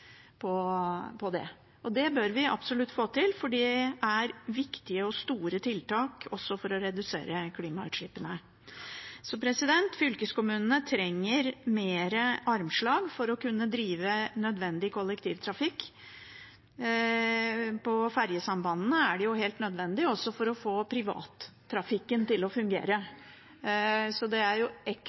det. Det bør vi absolutt få til, for det er viktige og store tiltak også for å redusere klimagassutslippene. Fylkeskommunene trenger mer armslag for å kunne drive nødvendig kollektivtrafikk. På ferjesambandene er det helt nødvendig, også for å få privattrafikken til å fungere. Det er ekstra, ekstra nødvendig å ha det der det er